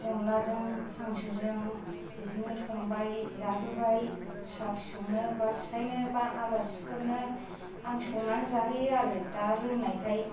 अनलाजों हांसोजों बिदिनो संबाय जाहोबाय फिसा फिसौनो बा फिसायनो बा आलासिफोरनो आं संनानै जाहोयो आरो रोंनायखाय